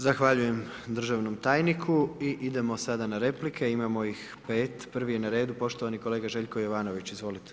Zahvaljujem državnom tajniku i idemo sada na replike, imamo ih 5, prvi je na redu poštovani kolega Željko Jovanović, izvolite.